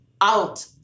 out